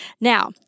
Now